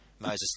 Moses